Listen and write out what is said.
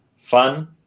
fun